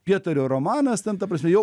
pietario romanas ten ta prasme jau